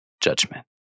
judgment